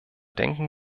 denken